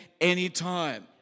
anytime